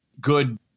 good